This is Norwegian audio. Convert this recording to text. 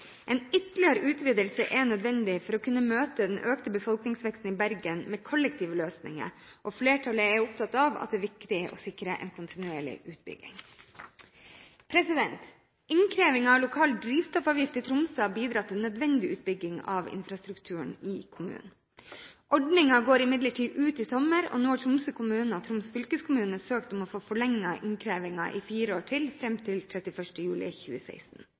En ytterligere utvidelse er nødvendig for å kunne møte den økte befolkningsveksten i Bergen med kollektive løsninger, og flertallet er opptatt av at det er viktig å sikre en kontinuerlig utbygging. Innkrevingen av lokal drivstoffavgift i Tromsø har bidratt til nødvendig utbygging av infrastruktur i kommunen. Ordningen går imidlertid ut i sommer, og nå har Tromsø kommune og Troms fylkeskommune søkt om å få forlenget innkrevingen i fire år til, fram til 31. juli 2016.